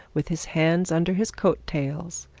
with his hands under his coat tails,